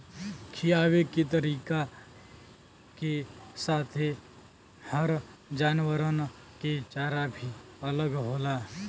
खिआवे के तरीका के साथे हर जानवरन के चारा भी अलग होला